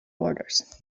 borders